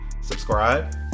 subscribe